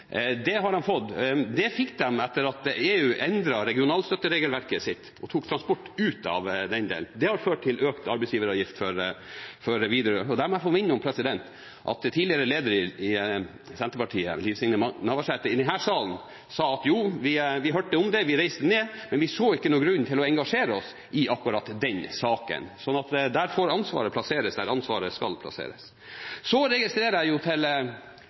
for Widerøe. La meg få minne om at tidligere leder i Senterpartiet, Liv Signe Navarsete, i denne salen har sagt at jo, vi hørte om det og vi reiste ned, men vi så ikke noen grunn til å engasjere oss i akkurat den saken. Så ansvaret får plasseres der ansvaret skal plasseres. Så registrerer jeg til min forbauselse at Helge Møgster er trygt inne i det varmeste av Arbeiderpartiet. Jeg må få lov til